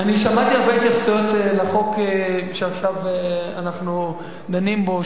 אני שמעתי הרבה גרסאות לחוק שעכשיו אנחנו דנים בו,